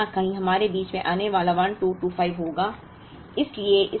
लेकिन कहीं न कहीं हमारे बीच में आने वाला 1225 होगा